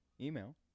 email